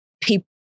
people